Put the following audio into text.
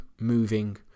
moving